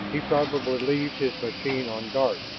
he probably leaves his machine on guard.